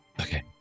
Okay